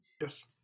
Yes